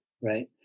right